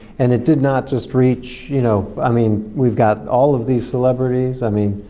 and it did not just reach, you know i mean, we've got all of these celebrities i mean,